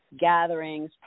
gatherings